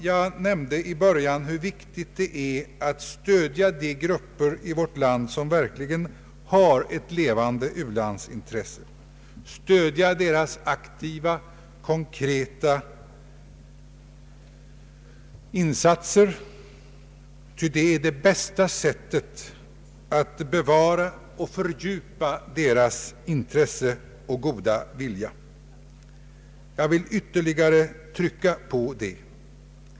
Jag nämnde i början av mitt anförande hur viktigt det är att stödja de grupper i vårt land som verkligen har ett levande u-landsintresse — stödja deras aktiva konkreta insatser — ty det är det bästa sättet att bevara och fördjupa deras intresse och goda vilja. Jag vill ytterligare trycka på det.